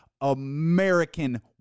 American